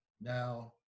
Now